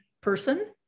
person